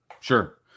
sure